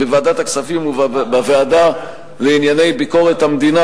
בוועדת הכספים ובוועדה לענייני ביקורת המדינה,